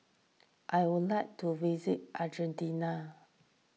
I would like to visit Argentina